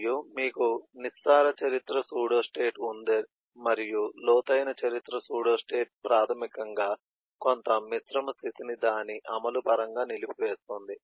మరియు మీకు నిస్సార చరిత్ర సూడోస్టేట్ ఉంది మరియు లోతైన చరిత్ర సూడోస్టేట్ ప్రాథమికంగా కొంత మిశ్రమ స్థితిని దాని అమలు పరంగా నిలిపివేస్తుంది